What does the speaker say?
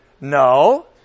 no